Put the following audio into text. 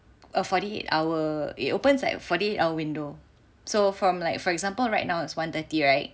a forty eight hour it opens like uh forty eight hour window so from like for example right now is one thirty right